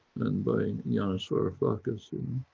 and by yanis varoufakis in